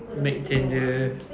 make changes